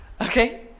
okay